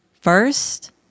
First